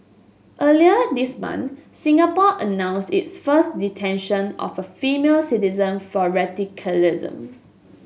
earlier this month Singapore announced its first detention of a female citizen for radicalism